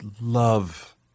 love